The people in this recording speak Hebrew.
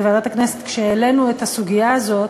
בוועדת הכנסת, כשהעלינו את הסוגיה הזאת,